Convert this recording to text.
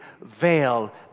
veil